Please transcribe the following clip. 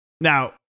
Now